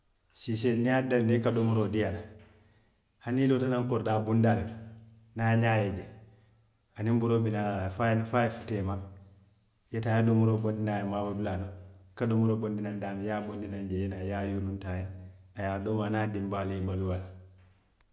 Siisee niŋ i ye a dalindi i ka domoroo dii a la, hani i loota naŋ koridaa bundaa le to, niŋ a ñaa ye i je, aniŋ boroo bi naa la le fo a ye, fo a ye futa i ma, i ye i ye domoroo bondi naŋ a ye maaboo dulaa to, i ka domoroo bondi naŋ daamiŋ, i ye a bondi naŋ jee i ye naa i ye yuruntu a ye, a ye a domo aniŋ a la dinbaayaalu ye baluu a la